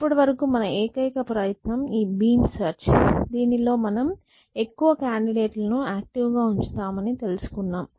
ఇప్పటివరకు మన ఏకైక ప్రయత్నం ఈ బీమ్ సెర్చ్ దీనిలో మనం ఎక్కువ కాండిడేట్ లో యాక్టివ్ గా ఉంచుతామని తెలుసుకున్నాం